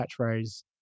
catchphrase